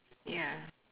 yeah